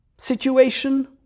situation